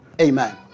Amen